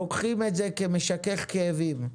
לוקחים את זה כמשכך כאבים,